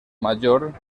major